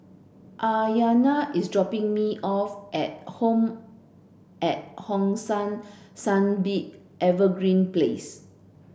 Aryanna is dropping me off at Home at Hong San Sunbeam Evergreen Place